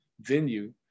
venue